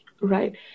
Right